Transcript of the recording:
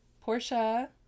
Portia